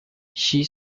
she